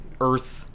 earth